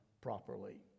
properly